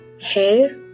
hair